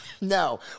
No